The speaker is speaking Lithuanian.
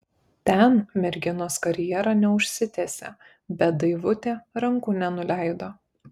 ten merginos karjera neužsitęsė bet daivutė rankų nenuleido